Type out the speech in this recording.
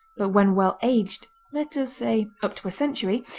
but when well aged, let us say up to a century,